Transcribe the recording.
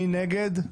מי נגד?